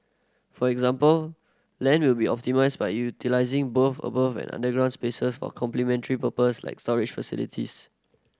for example land will be optimised by utilising both above and underground spaces for complementary purposes like storage facilities